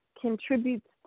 contributes